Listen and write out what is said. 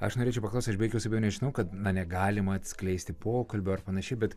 aš norėčiau paklaust aš be jokios abejonės žinau kad negalima atskleisti pokalbio ar panašiai bet